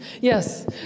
Yes